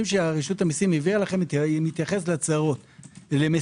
שרשות המיסים העבירה לכם מתייחס למסרים.